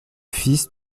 fils